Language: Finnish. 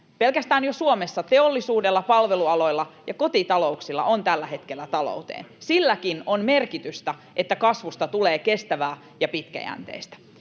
pelkästään jo Suomessa, teollisuudella, palvelualoilla ja kotitalouksilla on tällä hetkellä talou-teen. Silläkin on merkitystä, että kasvusta tulee kestävää ja pitkäjänteistä.